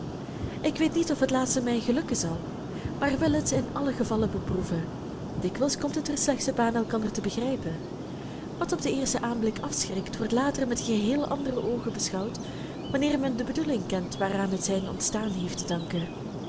ik weet niet of het laatste mij gelukken zal maar wil het in allen gevalle beproeven dikwijls komt het er slechts op aan elkander te begrijpen wat op den eersten aanblik afschrikt wordt later met geheel andere oogen beschouwd wanneer men de bedoeling kent waaraan het zijn ontstaan heeft te danken